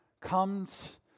comes